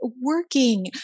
working